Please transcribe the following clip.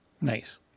Nice